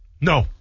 no